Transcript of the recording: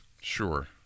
sure